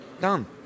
Done